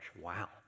Wow